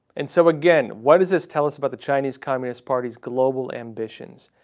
and so again, what does this tell us about the chinese communist party's global ambitions?